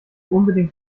unbedingt